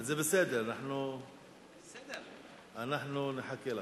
זה בסדר, אנחנו נחכה לך.